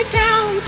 down